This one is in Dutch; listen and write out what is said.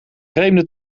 vreemde